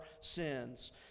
sins